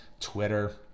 twitter